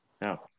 No